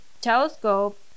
telescope